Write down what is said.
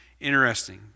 interesting